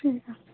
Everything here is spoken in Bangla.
ঠিক আছে